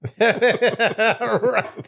Right